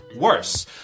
worse